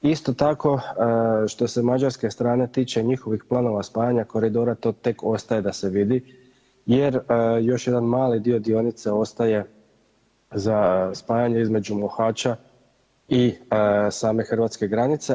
Isto tako što se mađarske strane tiče, njihovih planova spajanja koridora to tek ostaje da se vidi jer još jedan mali dio dionice ostaje za spajanje između Mohača i same hrvatske granice.